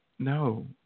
No